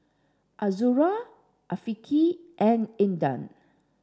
Azura Afiqah and Indah